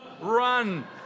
Run